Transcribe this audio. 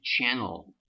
channel